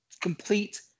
complete